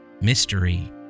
mystery